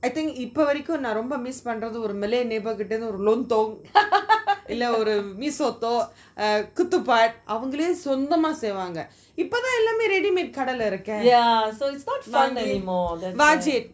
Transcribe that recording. I think இப்போ வரைக்கும் நான் ரொம்ப மிஸ் பண்றது ஒரு:ipo varaikum naan romba miss panrathu oru malay neighbours because of lontong இல்ல ஒரு:illa oru mee soto uh ketupat அவங்களே சொந்தமா செய்வாங்க இப்போ தான் எல்லாமே:avangaley sonthama seivanga ipo thaan ellamey ready made eh கடைல இறுகிய:kadaila irukey